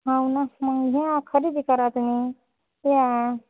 हो ना मग घ्या खरेदी करा तुम्ही या